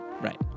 Right